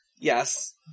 Yes